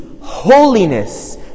holiness